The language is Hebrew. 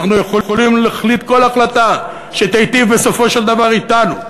אנחנו יכולים להחליט כל החלטה שתיטיב בסופו של דבר אתנו.